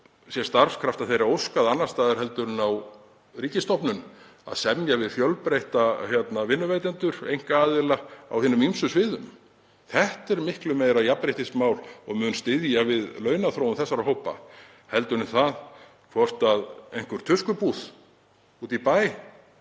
sé starfskrafta þeirra óskað annars staðar en á ríkisstofnun, með að semja við fjölbreytta vinnuveitendur, einkaaðila á hinum ýmsu sviðum. Það er miklu meira jafnréttismál og mun styðja við launaþróun þessara hópa en það hvort einhver tuskubúð úti í bæ,